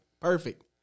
perfect